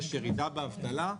יש ירידה באבטלה.